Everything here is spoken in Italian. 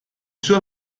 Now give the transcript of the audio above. sua